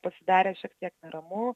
pasidarė šiek tiek neramu